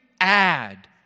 add